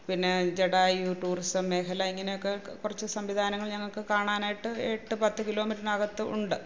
പിന്നേ ജടായു ടൂറിസം മേഖല ഇങ്ങനെയൊക്കെ കുറച്ച് സംവിധാനങ്ങള് ഞങ്ങൾക്ക് കാണാനായിട്ട് എട്ട് പത്ത് കിലോമീറ്ററിനകത്ത് ഉണ്ട്